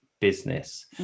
business